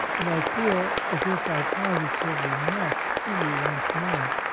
and i feel as if i positively must see you once more.